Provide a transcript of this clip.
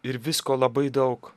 ir visko labai daug